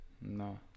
No